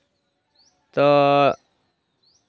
ᱛᱚ